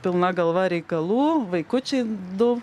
pilna galva reikalų vaikučiai du